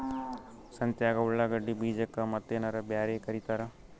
ಸಂತ್ಯಾಗ ಉಳ್ಳಾಗಡ್ಡಿ ಬೀಜಕ್ಕ ಮತ್ತೇನರ ಬ್ಯಾರೆ ಕರಿತಾರ?